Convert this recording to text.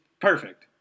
perfect